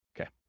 Okay